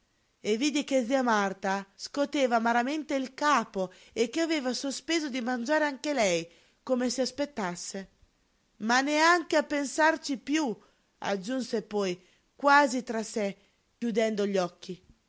e vide che zia marta scoteva amaramente il capo e che aveva sospeso di mangiare anche lei come se aspettasse ma neanche a pensarci piú aggiunse poi quasi tra sé chiudendo gli occhi